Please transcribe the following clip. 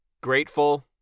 Grateful